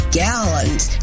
gallons